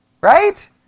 Right